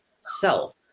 self